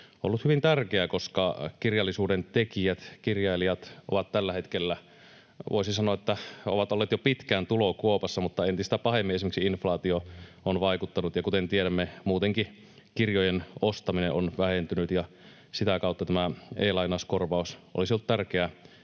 ollut hyvin tärkeää, koska kirjallisuuden tekijät, kirjailijat, ovat tällä hetkellä tulokuopassa ja voisi sanoa, että ovat olleet jo pitkään, mutta entistä pahemmin esimerkiksi inflaatio on vaikuttanut ja, kuten tiedämme, muutenkin kirjojen ostaminen on vähentynyt, ja sitä kautta tämä e-lainauskorvaus olisi ollut tärkeää